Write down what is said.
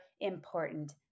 important